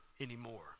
anymore